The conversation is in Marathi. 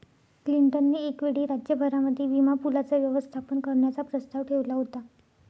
क्लिंटन ने एक वेळी राज्य भरामध्ये विमा पूलाचं व्यवस्थापन करण्याचा प्रस्ताव ठेवला होता